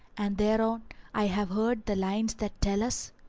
and thereon i have heard the lines that tell us